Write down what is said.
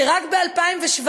שרק ב-2017,